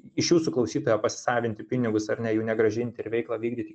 iš jūsų klausytojo pasisavinti pinigus ar ne jų negrąžinti ir veiklą vykdyti